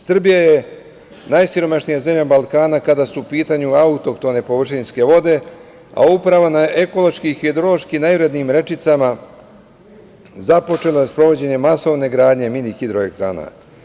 Srbija je najsiromašnija zemlja Balkana kada su u pitanju autohtone površinske vode, a upravo na ekološki i hidrološki najvrednijim rečicama započela je sprovođenje masovne gradnje mini hidroelektrana.